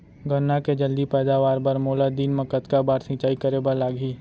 गन्ना के जलदी पैदावार बर, मोला दिन मा कतका बार सिंचाई करे बर लागही?